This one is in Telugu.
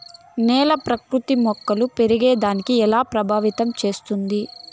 నేల ఆకృతి మొక్కలు పెరిగేదాన్ని ఎలా ప్రభావితం చేస్తుంది?